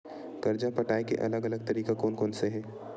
कर्जा पटाये के अलग अलग तरीका कोन कोन से हे?